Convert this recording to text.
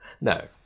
no